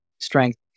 strength